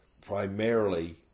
primarily